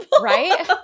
Right